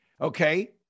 okay